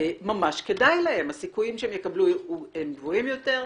ממש כדאי להם, הסיכויים שהם יקבלו גדולים יותר,